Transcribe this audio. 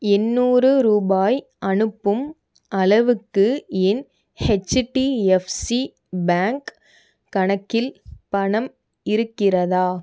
எண்ணூறு ரூபாய் அனுப்பும் அளவுக்கு என் ஹெச்டிஎஃப்சி பேங்க் கணக்கில் பணம் இருக்கிறதா